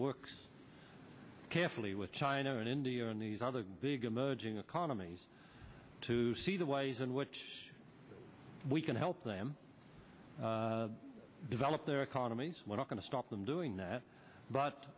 works carefully with china and india and these other big emerging economies to see the ways in which we can help them develop their economies we're not going to stop them doing that but